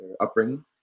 upbringing